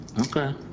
Okay